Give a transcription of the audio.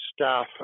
staff